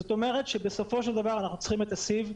זאת אומרת שבסופו של דבר אנחנו צריכים את הסיב,